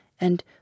and